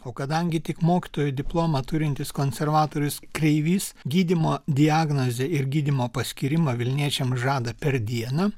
o kadangi tik mokytojo diplomą turintis konservatorius kreivys gydymo diagnozę ir gydymo paskyrimą vilniečiam žada per dieną